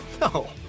no